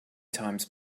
times